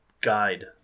guide